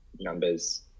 numbers